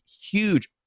huge